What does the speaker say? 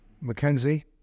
Mackenzie